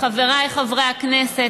חבריי חברי הכנסת,